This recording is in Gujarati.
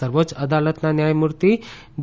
સર્વોચ્ય અદાલતના ન્યાયમૂર્તિ ડી